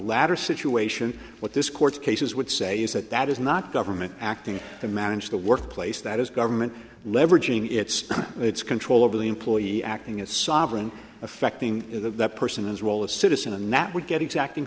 latter situation what this court cases would say is that that is not government acting to manage the workplace that is government leveraging its its control over the employee acting as sovereign affecting that person is role a citizen and that would get exacting